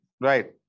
Right